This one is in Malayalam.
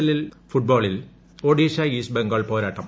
എൽ ഫുട്ബോളിൽ ഒഡിഷ ഈസ്റ്റ് ബംഗാൾ പോരാട്ടം